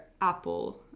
apple